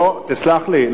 תסלח לי,